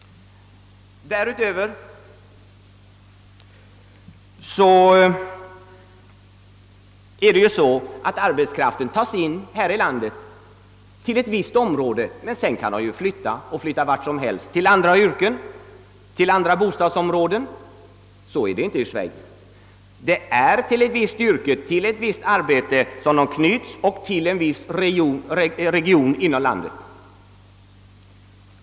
Därutöver kan påpekas att arbetskraften här i landet visserligen tas in till ett visst område, men sedan kan denna arbetskraft flytta vart som helst, till andra yrken, till andra bostadsområden. Så är det inte i Schweiz. Där knyts en arbetare till ett visst arbete och till en viss region av landet.